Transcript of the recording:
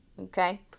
Okay